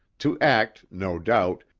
to act, no doubt,